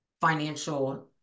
financial